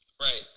Right